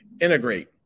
Integrate